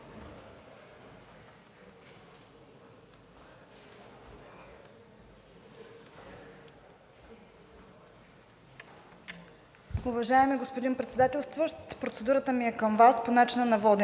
Уважаеми господин Председателстващ, процедурата ми е към Вас по начина на водене.